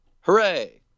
Hooray